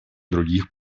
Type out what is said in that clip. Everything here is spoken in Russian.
других